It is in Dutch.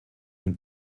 een